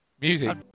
Music